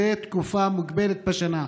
זו תקופה מוגבלת בשנה,